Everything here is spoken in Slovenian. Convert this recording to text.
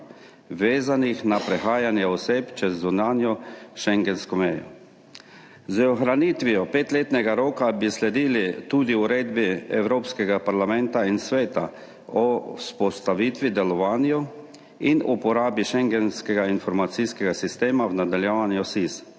vezanih na prehajanje oseb čez zunanjo schengensko mejo. Z ohranitvijo petletnega roka bi sledili tudi uredbi Evropskega parlamenta in Sveta o vzpostavitvi, delovanju in uporabi schengenskega informacijskega sistema, v nadaljevanju SIS,